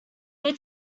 they